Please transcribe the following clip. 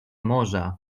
morza